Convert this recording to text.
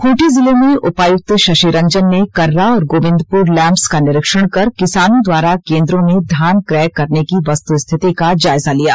खूंटी जिले में उपायुक्त शशिरंजन ने कर्रा और गोविंदपुर लैम्प्स का निरीक्षण कर किसानों द्वारा केन्द्रों में धान क्रय करने की वस्तुस्थिति का जायजा लिया